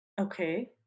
Okay